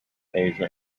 asia